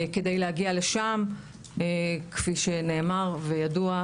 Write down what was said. כדי להגיע לשם כפי שנאמר וידוע,